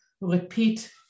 repeat